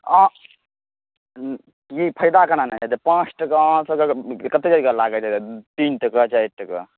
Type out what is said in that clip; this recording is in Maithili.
अ जी फायदा केना नहि होयतै पाँच टका अहाँ सब कऽ कतेक टका लागैत होएत तीन टका चारि टका